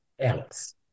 else